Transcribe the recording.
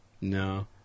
No